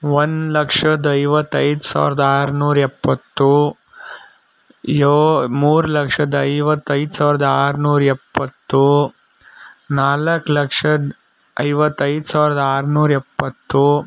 ಒಂದು ಲಕ್ಷದ ಐವತ್ತೈದು ಸಾವಿರದ ಆರುನೂರ ಎಪ್ಪತ್ತು ಯೋ ಮೂರು ಲಕ್ಷದ ಐವತ್ತೈದು ಸಾವಿರದ ಆರುನೂರ ಎಪ್ಪತ್ತು ನಾಲ್ಕು ಲಕ್ಷದ ಐವತ್ತೈದು ಸಾವಿರದ ಆರುನೂರ ಎಪ್ಪತ್ತು